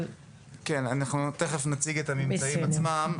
אנחנו תכף נציג את הממצאים עצמם,